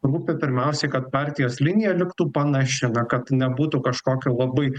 rūpi pirmiausiai kad partijos linija liktų panaši na kad nebūtų kažkokio labai